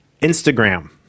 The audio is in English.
Instagram